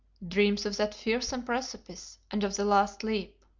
dreams of that fearsome precipice and of the last leap.